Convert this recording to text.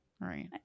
right